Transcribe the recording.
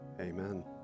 Amen